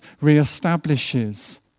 re-establishes